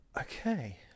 okay